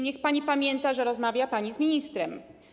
Niech pani pamięta, że rozmawia pani z ministrem.